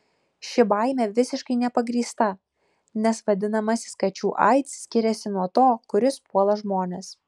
ši baimė visiškai nepagrįsta nes vadinamasis kačių aids skiriasi nuo to kuris puola žmones